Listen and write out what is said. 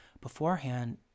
beforehand